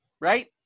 right